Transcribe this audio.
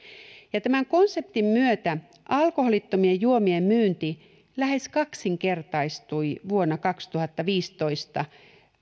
ja tämän konseptin myötä alkoholittomien juomien myynti lähes kaksinkertaistui vuonna kaksituhattaviisitoista